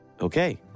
Okay